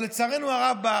אבל לצערנו הרב,